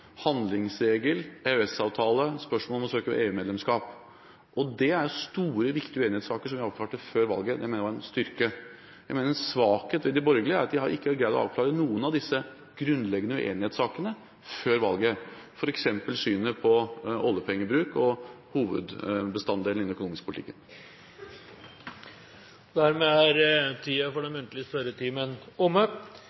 om å søke EU-medlemskap. Det er store og viktige uenighetssaker som vi avklarte før valget, og jeg mener det var en styrke. Jeg mener at det er en svakhet at de borgerlige ikke har greid å avklare noen av disse grunnleggende uenighetssakene før valget, f.eks. synet på oljepengebruken og hovedbestanddelen i den økonomiske politikken. Dermed er den muntlige spørretimen omme, og vi går videre til sak nr. 2, den